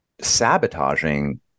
sabotaging